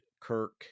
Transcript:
Kirk